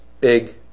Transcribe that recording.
big